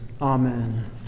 Amen